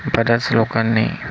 बऱ्याच लोकांनी